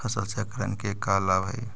फसल चक्रण के का लाभ हई?